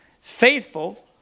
faithful